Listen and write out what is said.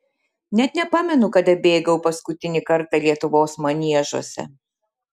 net nepamenu kada bėgau paskutinį kartą lietuvos maniežuose